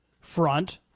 front